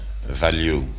value